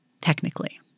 technically